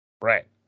Right